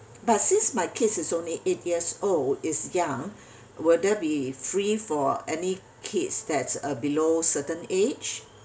but since my kids is only eight years old is young will there be free for any kids that's uh below certain age